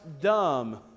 dumb